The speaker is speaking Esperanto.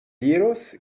diros